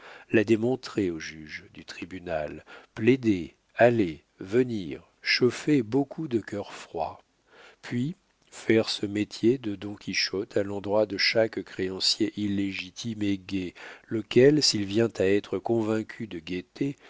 la démontrer aux juges du tribunal plaider aller venir chauffer beaucoup de cœurs froids puis faire ce métier de don quichotte à l'endroit de chaque créancier illégitime et gai lequel s'il vient à être convaincu de gaieté